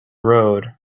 road